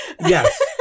Yes